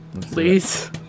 Please